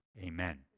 Amen